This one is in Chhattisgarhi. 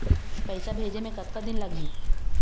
पैसा भेजे मे कतका दिन लगही?